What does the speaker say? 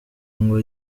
ngo